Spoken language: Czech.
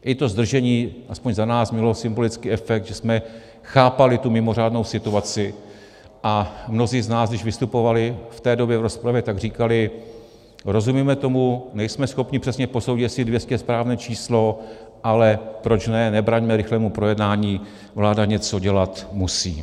I to zdržení aspoň za nás mělo symbolický efekt, že jsme chápali tu mimořádnou situaci, a mnozí z nás, když vystupovali v té době v rozpravě, tak říkali: rozumíme tomu, nejsme schopni přesně posoudit, jestli 200 je správné číslo, ale proč ne, nebraňme rychlému projednání, vláda něco dělat musí.